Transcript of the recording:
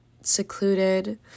secluded